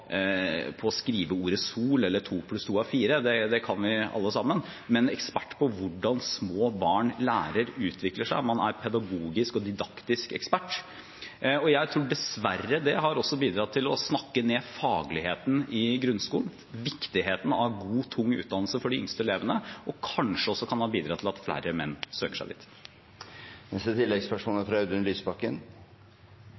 å skrive ordet «sol» eller løse regnestykket 2+2=4 – det kan vi alle sammen – men ekspert på hvordan små barn lærer og utvikler seg, man er pedagogisk og didaktisk ekspert. Jeg tror dessverre at det også har bidratt til å snakke ned fagligheten i grunnskolen og viktigheten av god og tung utdannelse for de yngste elevene, som kanskje har bidratt til at færre menn søker seg dit.